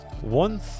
one